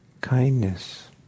kindness